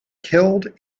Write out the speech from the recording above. killed